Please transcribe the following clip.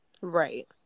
Right